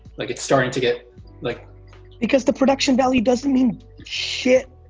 like it's starting to get like because the production value doesn't mean shit,